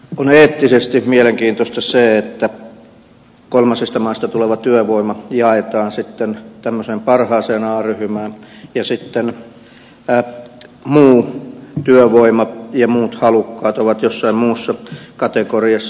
on eettisesti mielenkiintoista se että kolmansista maista tuleva työvoima jaetaan tämmöiseen parhaaseen a ryhmään ja sitten muu työvoima ja muut halukkaat ovat jossain muussa kategoriassa